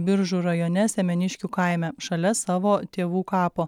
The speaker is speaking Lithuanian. biržų rajone semeniškių kaime šalia savo tėvų kapo